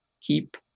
keep